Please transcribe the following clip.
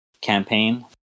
campaign